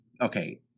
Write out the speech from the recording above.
Okay